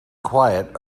quite